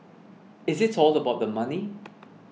is it all about the money